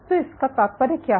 तो इसका तात्पर्य क्या है